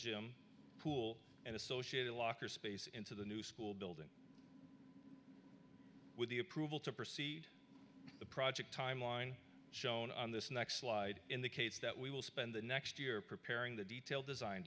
jim pool and associated locker space into the new school building with the approval to proceed the project timeline shown on this next slide in the case that we will spend the next year preparing the detailed design